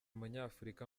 umunyafurika